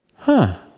huh.